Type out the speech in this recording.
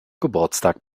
geburtstag